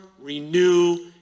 renew